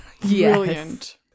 brilliant